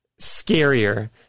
scarier